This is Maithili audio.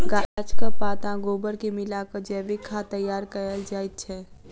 गाछक पात आ गोबर के मिला क जैविक खाद तैयार कयल जाइत छै